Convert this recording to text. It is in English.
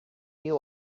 you